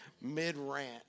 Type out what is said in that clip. mid-rant